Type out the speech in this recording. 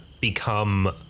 become